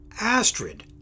Astrid